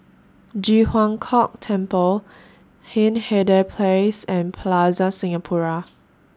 Ji Huang Kok Temple Hindhede Place and Plaza Singapura